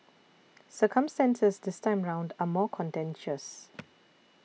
circumstances this time around are more contentious